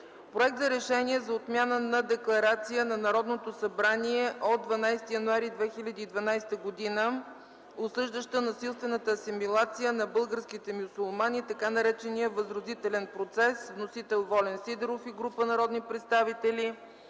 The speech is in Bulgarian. Проект за решение за отмяна на декларация на Народното събрание от 12 януари 2012 г. осъждаща насилствената асимилация на българските мюсюлмани – така наречения „възродителен процес”. Вносител – Волен Сидеров и група народни представители.